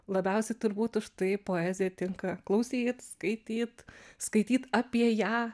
labiausiai turbūt užtai poeziją tinka klausyt skaityt skaityt apie ją